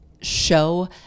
show